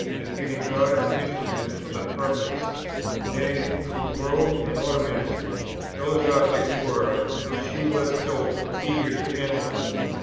as being god's instrument for the purpose nay, whose robe and ornaments those objects were, which he was so eager to analyze?